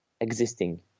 existing